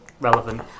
relevant